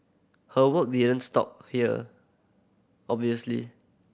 her work didn't stop here obviously